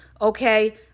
Okay